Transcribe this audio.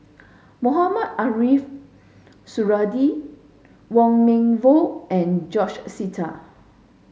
Mohamed Ariff Suradi Wong Meng Voon and George Sita